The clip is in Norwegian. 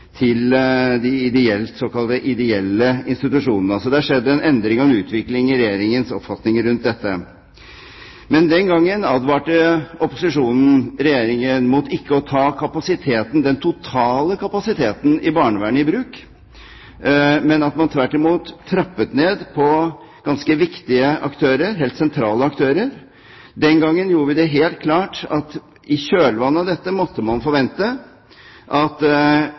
de såkalt ideelle institusjonene. Det har altså skjedd en endring og en utvikling i Regjeringens oppfatning rundt dette. Den gangen advarte opposisjonen Regjeringen mot ikke å ta kapasiteten – den totale kapasiteten – i barnevernet i bruk, men det ble tvert imot trappet ned på ganske viktige, helt sentrale aktører. Den gangen gjorde vi det helt klart at i kjølvannet av dette måtte man forvente at